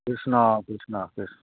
Krishna Krishna Krishna